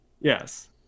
Yes